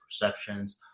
perceptions